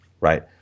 Right